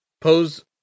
pose